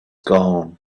gone